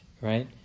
right